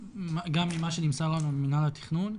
גם ממה שנמסר לנו ממינהל התכנון,